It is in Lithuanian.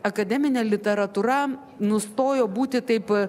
akademinė literatūra nustojo būti taip